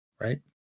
right